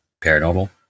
paranormal